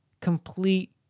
complete